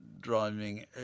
driving